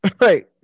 right